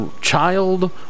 child